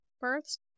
births